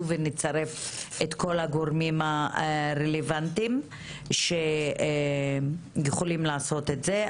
ונצרף את כל הגורמים הרלוונטיים שיכולים לעשות את זה.